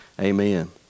Amen